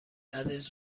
عزیز